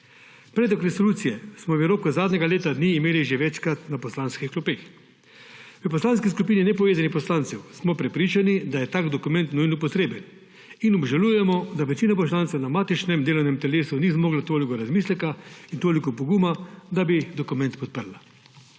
Predlog resolucije smo v roku zadnjega leta imeli že večkrat na poslanskih klopeh. V Poslanski skupini nepovezanih poslancev smo prepričani, da je tak dokument nujno potreben, in obžalujemo, da večina poslancev na matičnem delovnem telesu ni zmogla toliko razmisleka in toliko poguma, da bi dokument podprla.